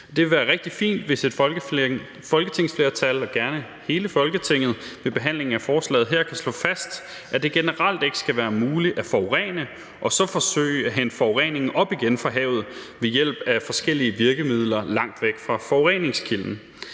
Det ville være rigtig fint, hvis et folketingsflertal – og gerne hele Folketinget – ved behandlingen af forslaget her kan slå fast, at det generelt ikke skal være muligt at forurene og så forsøge at hente forureningen op igen fra havet ved hjælp af forskellige virkemidler langt væk fra forureningskilden.